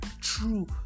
true